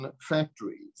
factories